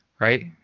right